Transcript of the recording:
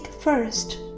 first